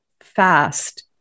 fast